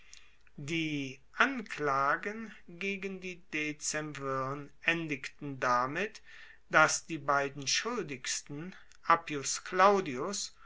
die anklagen gegen die dezemvirn endigten damit dass die beiden schuldigsten appius claudius